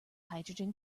hydrogen